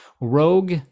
Rogue